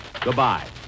Goodbye